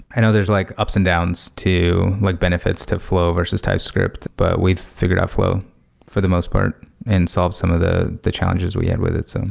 i know there's like ups and downs to like benefits to flow versus typescript, but we figured out flow for the most part and solve some of the the challenges we had with it.